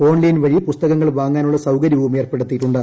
online വഴി പുസ്തകങ്ങൾ വാങ്ങാനുള്ള സൌകര്യവും ഏർപ്പെടുത്തിയിട്ടുണ്ട്